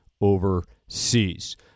overseas